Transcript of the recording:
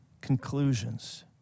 conclusions